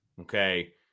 Okay